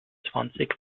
zwanzig